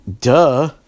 duh